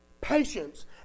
Patience